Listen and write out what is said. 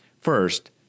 First